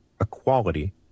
equality